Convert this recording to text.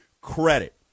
credit